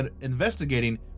investigating